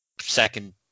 second